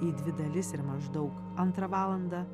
į dvi dalis ir maždaug antrą valandą